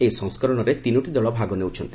ଏହି ସଂସ୍କରଣରେ ତିନୋଟି ଦଳ ଭାଗ ନେଉଛନ୍ତି